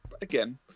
again